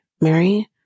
Mary